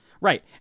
Right